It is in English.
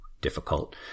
difficult